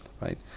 right